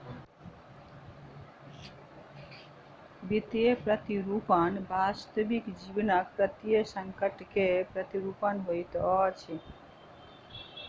वित्तीय प्रतिरूपण वास्तविक जीवनक वित्तीय संकट के प्रतिरूपण होइत अछि